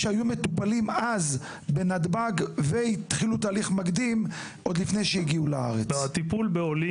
בדרך כלל היו לנו כ-25,000 עולים